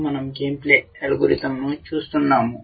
మన০ game play algorithm ను చూస్తున్నాము